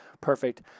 perfect